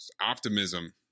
Optimism